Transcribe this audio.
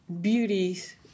beauties